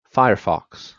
firefox